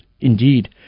Indeed